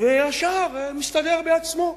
והשאר מסתדר בעצמו.